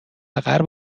غرب